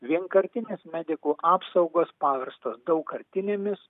vienkartinės medikų apsaugos paverstos daugkartinėmis